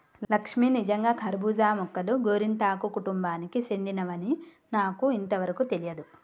లక్ష్మీ నిజంగా కర్బూజా మొక్కలు గోరింటాకు కుటుంబానికి సెందినవని నాకు ఇంతవరకు తెలియదు